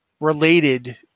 related